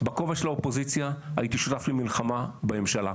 בכובע של האופוזיציה הייתי שותף למלחמה בממשלה.